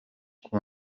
uko